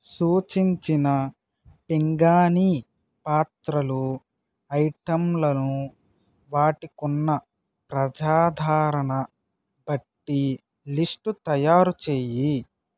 సూచించిన పింగాణీ పాత్రలు ఐటంలను వాటికున్న ప్రజాదరణ బట్టి లిస్టు తయారు చేయి